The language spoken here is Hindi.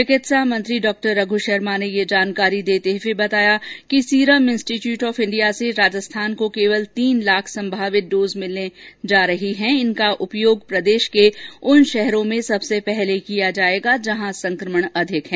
चिकित्सा मंत्री डॉ रघ् शर्मा ने ये जानकारी देते हुए बताया कि सीरम इंस्टीट्यूट ऑफ इंडिया से राजस्थान को केवल तीन लाख संभावित डोज मिलर्न जा रही हैं उनका उपयोग प्रदेश के उन शहरों में सबसे पहले किया जाएगा जहां संक्रमण अधिक है